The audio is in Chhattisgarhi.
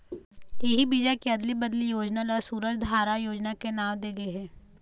इही बीजा के अदली बदली योजना ल सूरजधारा योजना के नांव दे गे हे